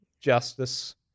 justice